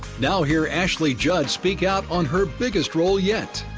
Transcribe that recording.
now hear ashley judd speak out on her biggest role yet.